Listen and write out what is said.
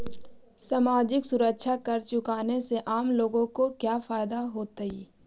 सामाजिक सुरक्षा कर चुकाने से आम लोगों को क्या फायदा होतइ